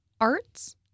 arts